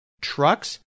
trucks